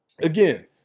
Again